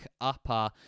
upper